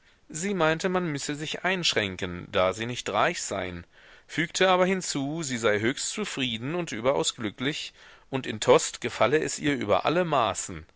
sie meinte man müsse sich einschränken da sie nicht reich seien fügte aber hinzu sie sei höchst zufrieden und überaus glücklich und in tostes gefalle es ihr über alle maßen